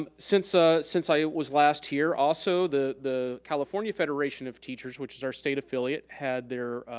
um since ah since i was last here, also the the california federation of teachers which is our state affiliate had their